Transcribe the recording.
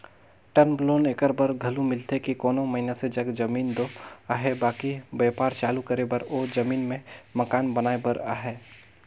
term loan acre बर घलो मिलथे कि कोनो मइनसे जग जमीन दो अहे बकि बयपार चालू करे बर ओ जमीन में मकान बनाए बर अहे